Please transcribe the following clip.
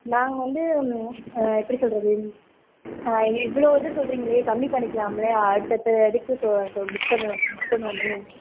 நாங்கள் வந்து எப்படி சொல்கிறது இவ்வளோ இது சொல்கிறிங்களே கம்மி பண்ணிக்கலாம் இல்லையா அடுத்த அடுத்த இதுக்கு சொ இது புக் பண்ணு புக் பண்ணுவோமே